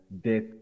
death